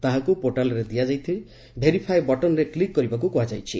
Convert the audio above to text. ତାହାକୁ ପୋର୍ଟାଲ୍ରେ ଦିଆଯାଇ ଭେରିଫାଏ ବଟନ୍ରେ କ୍ଲିକ୍ କରିବାକୁ କୁହାଯାଇଛି